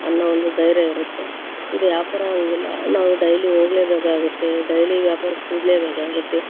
ಅನ್ನೋ ಒಂದು ಧೈರ್ಯ ಇರುತ್ತೆ ಇದು ವ್ಯಾಪಾರ ಹಂಗಿಲ್ಲ ನಾವು ಡೈಲಿ ಹೋಗಲೇಬೇಕಾಗುತ್ತೆ ಡೈಲಿ ವ್ಯಾಪಾರಕ್ಕೆ ಕೂಡಲೇಬೇಕಾಗತ್ತೆ